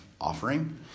offering